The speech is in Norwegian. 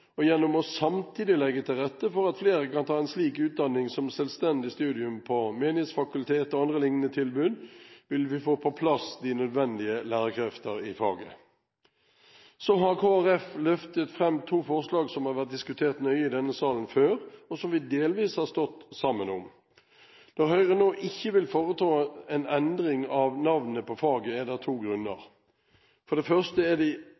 og gjennom samtidig å legge til rette for at flere kan ta en slik utdanning som selvstendig studium på Menighetsfakultetet og andre lignende tilbud, vil vi få på plass de nødvendige lærerkrefter i faget. Så har Kristelig Folkeparti løftet fram to forslag som har vært diskutert nøye i denne salen før, og som vi delvis har stått sammen om. Når Høyre nå ikke vil foreta en endring av navnet på faget, er det av to grunner. For det første er